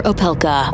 Opelka